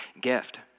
gift